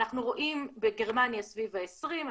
אנחנו רואים בגרמניה סביב ה-20%.